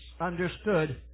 understood